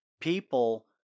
People